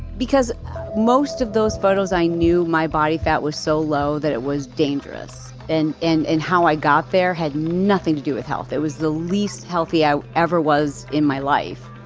because most of those photos i knew my body fat was so low that it was dangerous and and and how i got there had nothing to do with health. it was the least healthy i ever was in my life.